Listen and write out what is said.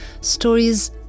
Stories